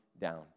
down